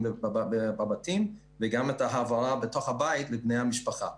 בבתים וגם את העברה בתוך הבית לבני המשפחה.